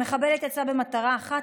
המחבלת יצאה במטרה אחת,